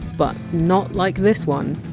but not like this one.